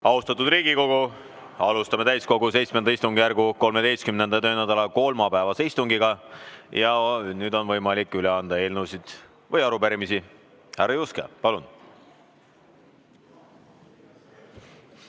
Austatud Riigikogu! Alustame täiskogu VII istungjärgu 13. töönädala kolmapäevast istungit. Nüüd on võimalik üle anda eelnõusid ja arupärimisi. Härra Juske, palun!